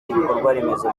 ibikorwaremezo